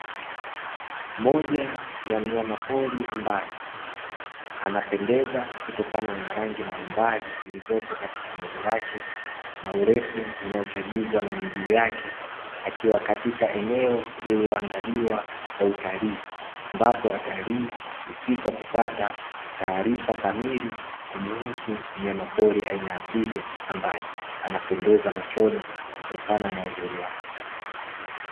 Moja ya mnyamapori ambaye, anapendeza kutokana na rangi mbalimbali zilizopo katika mwili wake, na urefu unaochagizwa na miguu yake akiwa katika eneo lililoandaliwa kwa utalii, ambapo watalii hufika kupata taarifa kamili kumuhusu mnyamapori aina ya twiga, ambaye, anapendeza machoni kutokana na uzuri wake.